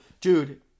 Dude